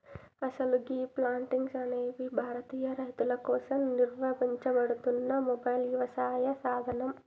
అసలు గీ ప్లాంటిక్స్ అనేది భారతీయ రైతుల కోసం నిర్వహించబడుతున్న మొబైల్ యవసాయ సాధనం